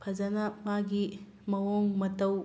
ꯐꯖꯅ ꯃꯥꯒꯤ ꯃꯑꯣꯡ ꯃꯇꯧ